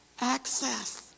access